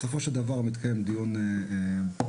בסופו של דבר מתקיים דיון נוסף,